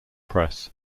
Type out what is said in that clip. press